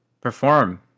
perform